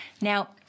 Now